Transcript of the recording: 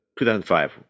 2005